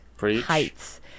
heights